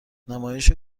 نمایش